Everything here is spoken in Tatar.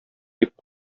дип